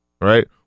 right